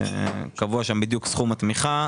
קבוע שם סכום התמיכה.